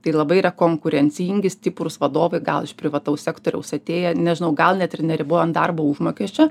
tai labai yra konkurencingi stiprūs vadovai gal iš privataus sektoriaus atėję nežinau gal net ir neribojant darbo užmokesčio